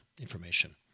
information